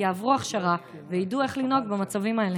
יעברו הכשרה וידעו איך לנהוג במצבים האלה.